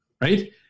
Right